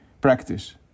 practice